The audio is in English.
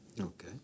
Okay